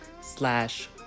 slash